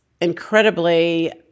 incredibly